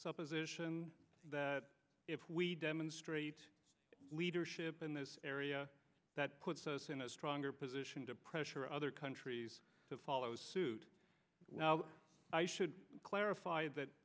supposition that if we demonstrate leadership in this area that puts us in a stronger position to pressure other countries to follow suit i should clarify that